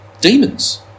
demons